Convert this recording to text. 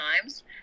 times